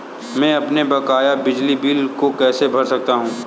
मैं अपने बकाया बिजली बिल को कैसे भर सकता हूँ?